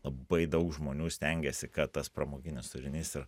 labai daug žmonių stengiasi kad tas pramoginis turinys ir